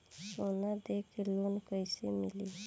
सोना दे के लोन कैसे मिली?